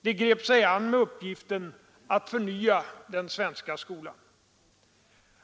De grep sig an med uppgiften att förnya den svenska skolan.